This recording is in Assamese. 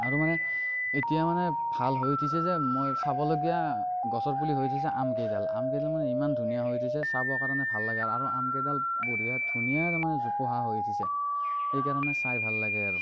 আৰু মানে এতিয়া মানে ভাল হৈ উঠিছে যে মই চাবলগীয়া গছৰ পুলি হৈছে যে আমকেইডাল আমকেইডাল মানে ইমান ধুনীয়া হৈ উঠিছে চাবৰ কাৰণে ভাল লাগে আৰু আমকেইডাল বঢ়িয়া ধুনীয়া তাৰমানে জোপোহা হৈ উঠিছে সেইকাৰণে চাই ভাল লাগে আৰু